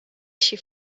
she